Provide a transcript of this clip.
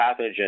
pathogen